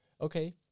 Okay